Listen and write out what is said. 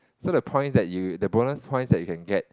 so the point that you the bonus points that you can get